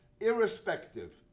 Irrespective